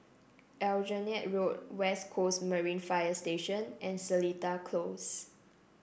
Aljunied Road West Coast Marine Fire Station and Seletar Close